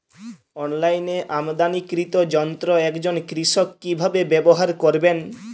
অনলাইনে আমদানীকৃত যন্ত্র একজন কৃষক কিভাবে ব্যবহার করবেন?